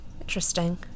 Interesting